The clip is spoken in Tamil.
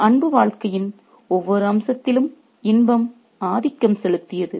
அன்பு வாழ்க்கையின் ஒவ்வொரு அம்சத்திலும் இன்பம் ஆதிக்கம்செலுத்தியது